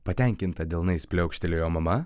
patenkinta delnais pliaukštelėjo mama